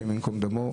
השם יקום דמו,